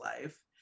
life